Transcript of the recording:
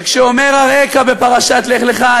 וכשאומר "אראך" בפרשת לך לך,